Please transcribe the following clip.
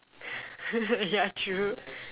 ya true